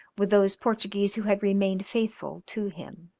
with those portuguese who had remained faithful to him.